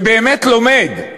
שבאמת לומד,